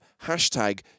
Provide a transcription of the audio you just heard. Hashtag